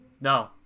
No